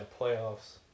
playoffs